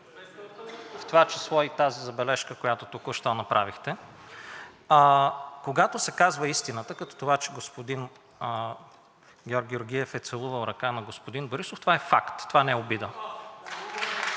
в това число и тази забележка, която току-що направихте. Когато се казва истината като това, че господин Георг Георгиев е целувал ръка на господин Борисов – това е факт, това не е обида.